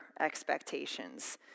expectations